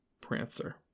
Prancer